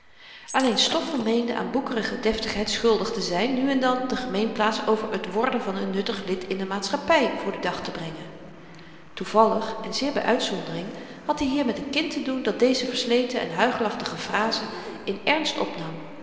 alleen stoffel meende aan boekerige deftigheid schuldig te zyn nu en dan de gemeenplaats over t worden van n nuttig lid in de maatschappy voor den dag te brengen toevallig en zeer by uitzondering had i hier met n kind te doen dat deze versleten en huichelachtige fraze in ernst opnam